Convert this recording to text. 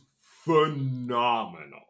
phenomenal